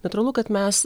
natūralu kad mes